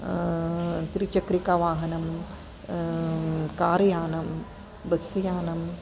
त्रिचक्रिकावाहनं car यानं bus यानं